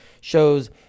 shows